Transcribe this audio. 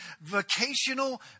vocational